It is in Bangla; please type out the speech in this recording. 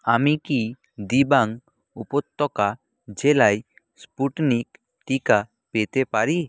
আমি কি দিবাং উপত্যকা জেলায় স্পুটনিক টিকা পেতে পারি